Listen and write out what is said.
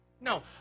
No